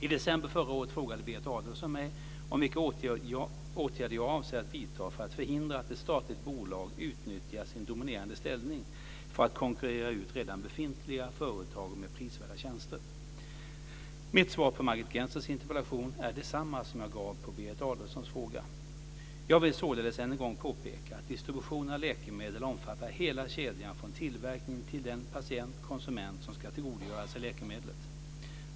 I december förra året frågade Berit Adolfsson mig om vilka åtgärder jag avser att vidta för att förhindra att ett statligt bolag utnyttjar sin dominerande ställning för att konkurrera ut redan befintliga företag med prisvärda tjänster. Mitt svar på Margit Gennsers interpellation är detsamma som jag gav på Berit Adolfssons fråga. Jag vill således än en gång påpeka att distributionen av läkemedel omfattar hela kedjan från tillverkning till den patient och konsument som ska tillgodogöra sig läkemedlet.